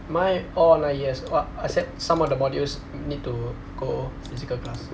my all yes uh except some of the modules need to go physical class